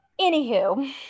anywho